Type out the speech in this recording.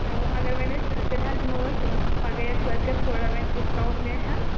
چَلو اگر وۅنۍ أسۍ تیٚلہِ حظ یِمو أسۍ پگاہ یا کٲلۍکیٚتھ تھوڑا وۅنۍ ڈِسکاوٗنٛٹ میلہِ حظ